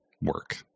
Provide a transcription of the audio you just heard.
work